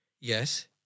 Yes